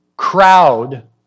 crowd